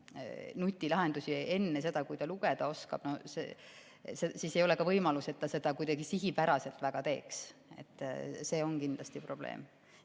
nutilahendusi enne, kui ta lugeda oskab, siis ei ole ka võimalust, et ta seda kuidagi väga sihipäraselt teeks. See on kindlasti probleem.